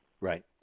Right